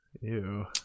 Ew